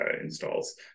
installs